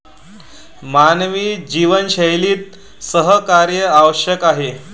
मानवी जीवनशैलीत सहकार्य आवश्यक आहे